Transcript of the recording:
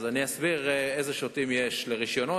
אז אני אסביר איזה שוטים יש לרשיונות,